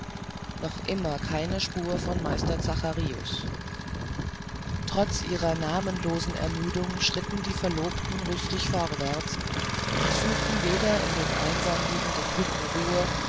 noch immer keine spur von meister zacharius trotz ihrer namenlosen ermüdung schritten die verlobten rüstig vorwärts und suchten weder in den einsam liegenden hütten